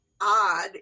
odd